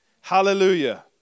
Hallelujah